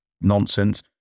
nonsense